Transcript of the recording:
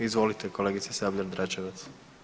Izvolite kolegice Sabljar Dračevac.